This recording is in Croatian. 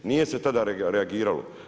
Nije se tada reagiralo.